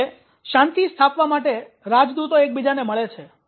જેમ કે શાંતિ સ્થાપવા માટે રાજદૂતો એકબીજાને મળે છે